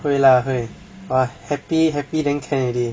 会 lah 会 !wah! happy happy then can already